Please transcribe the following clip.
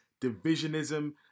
divisionism